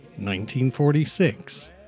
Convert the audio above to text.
1946